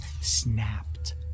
snapped